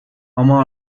ama